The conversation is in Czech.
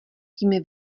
tím